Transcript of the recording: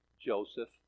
Joseph